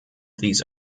these